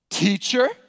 teacher